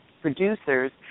producers